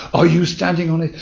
are you standing on it?